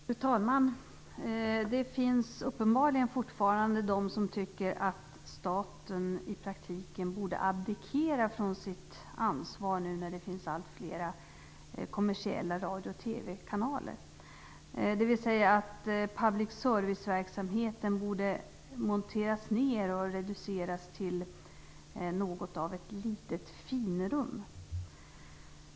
Fru talman! Det finns uppenbarligen fortfarande de som tycker att staten i praktiken borde abdikera från sitt ansvar nu när det finns allt flera kommersiella radio och TV-kanaler. Public service-verksamheten borde monteras ned och reduceras till ett litet finrum.